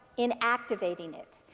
in activating it.